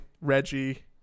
Reggie